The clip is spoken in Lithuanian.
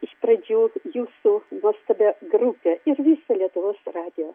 iš pradžių jūsų nuostabią grupę ir visą lietuvos radiją